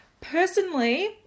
Personally